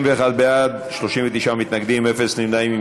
21 בעד, 39 מתנגדים, אפס נמנעים.